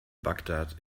bagdad